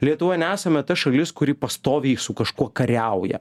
lietuva nesame ta šalis kuri pastoviai su kažkuo kariauja